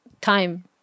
time